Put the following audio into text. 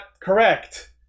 correct